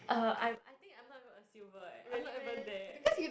uh I'm I think I'm not even a silver eh I'm not even there eh